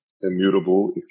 Immutable